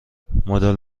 مدل